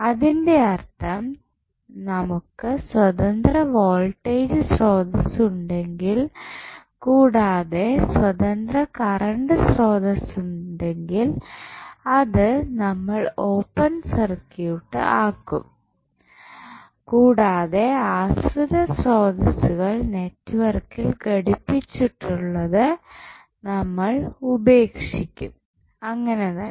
അതിൻറെ അർത്ഥം നമുക്ക് സ്വതന്ത്ര വോൾട്ടേജ് സ്രോതസ്സ് ഉണ്ടെങ്കിൽ കൂടാതെ സ്വതന്ത്ര കറണ്ട് സ്രോതസ്സ് ഉണ്ടെങ്കിൽ അത് നമ്മൾ ഓപ്പൺ സർക്യൂട്ട് ആകും കൂടാതെ ആശ്രിത ശ്രോതസ്സുകൾ നെറ്റ്വർക്കിൽ ഘടിപ്പിച്ചിട്ടുള്ളത് നമ്മൾ ഉപേക്ഷിക്കും അങ്ങനെ തന്നെ